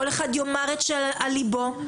כל אחד יאמר את שעל ליבו.